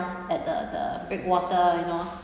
at the the lake water you know